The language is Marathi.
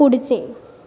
पुढचे